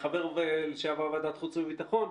כחבר לשעבר בוועדת החוץ והביטחון,